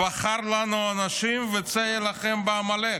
"בחר לנו אנשים וצא הלחם בעמלק".